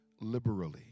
liberally